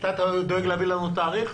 אתה דואג להביא לנו תאריך?